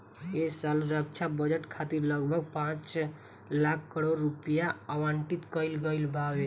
ऐ साल रक्षा बजट खातिर लगभग पाँच लाख करोड़ रुपिया आवंटित कईल गईल बावे